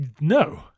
no